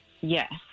Yes